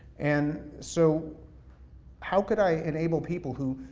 and so how could i enable people who,